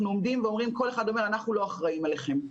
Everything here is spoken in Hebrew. כל אחד אומר שהוא לא אחראי לנו.